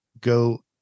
go